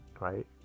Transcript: Right